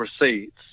receipts